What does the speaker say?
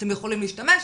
אתם יכולים להשתמש,